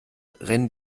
rennen